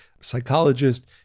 psychologist